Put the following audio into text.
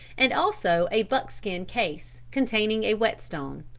and also a buckskin case containing a whet-stone.